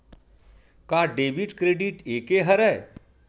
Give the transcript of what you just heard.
का debit credit एके हरय?